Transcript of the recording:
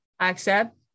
accept